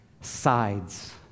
sides